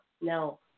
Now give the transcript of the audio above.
No